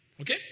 Okay